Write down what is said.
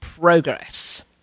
progress